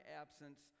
absence